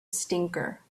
stinker